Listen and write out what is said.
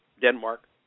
Denmark